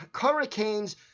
Hurricanes